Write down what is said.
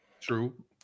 True